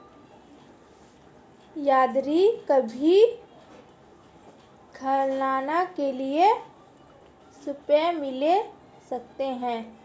Dairy farm खोलने के लिए ऋण मिल सकता है?